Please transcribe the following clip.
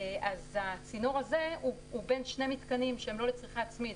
אז הצינור הזה הוא בין שני מיתקנים שהם לא לצריכה עצמית,